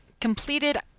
completed